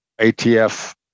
ATF